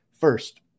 first